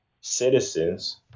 citizens